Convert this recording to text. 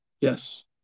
Yes